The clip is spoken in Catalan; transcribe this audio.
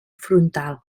frontal